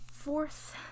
fourth